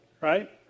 right